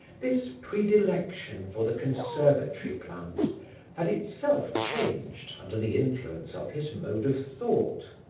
this predilection for the conservatory plants had itself changed under the influence of his mode of thought.